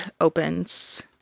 opens